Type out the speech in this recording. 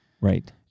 Right